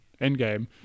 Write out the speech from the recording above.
Endgame